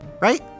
right